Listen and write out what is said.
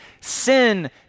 Sin